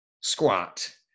squat